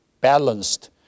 Balanced